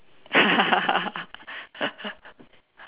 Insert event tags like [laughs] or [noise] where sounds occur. [laughs]